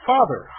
Father